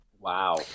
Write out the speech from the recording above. Wow